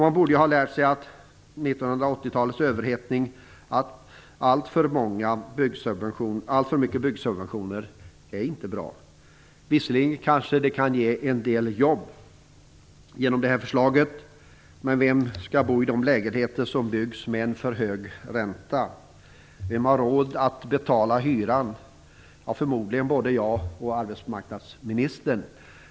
Man borde ha lärt sig från 1980-talets överhettning att alltför mycket byggsubventioner inte är bra. Visserligen kan förslaget kanske ge en del jobb. Men vem skall bo i de lägenheter som byggs med en för hög ränta? Vem har råd att betala hyran? Förmodligen både jag och arbetsmarknadsministern.